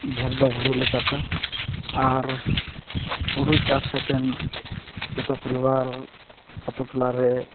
ᱰᱷᱮᱨ ᱫᱚ ᱦᱩᱲᱩᱞᱮ ᱪᱟᱥᱟ ᱟᱨ ᱦᱩᱲᱩ ᱪᱟᱥ ᱠᱟᱛᱮᱱ ᱡᱚᱛᱚ ᱯᱚᱨᱤᱵᱟᱨ ᱟᱹᱛᱩ ᱴᱚᱞᱟ ᱨᱮ